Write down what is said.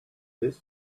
this